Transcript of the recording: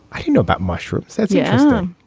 i don't know about mushrooms. yes. yeah.